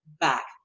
back